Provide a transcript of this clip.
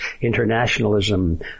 internationalism